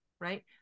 right